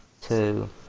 two